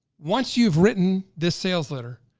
once you've written this sales letter,